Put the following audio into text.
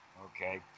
okay